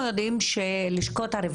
בכל מה שקשור לתקציב